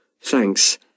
Thanks